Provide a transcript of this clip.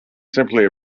simply